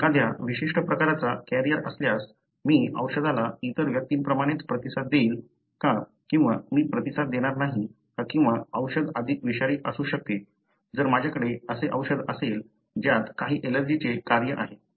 मी एखाद्या विशिष्ट प्रकाराचा कॅरियर असल्यास मी औषधाला इतर व्यक्तीप्रमाणेच प्रतिसाद देईन का किंवा मी प्रतिसाद देणार नाही का किंवा औषध अधिक विषारी असू शकते जर माझ्याकडे असे औषध असेल ज्यात काही ऍलर्जीचे कार्य आहे